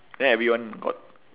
then everyone got